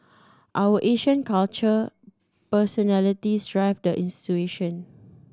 our Asian culture personalities drive the institution